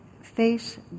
face